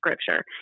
scripture